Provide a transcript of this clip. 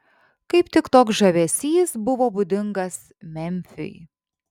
kaip tik toks žavesys buvo būdingas memfiui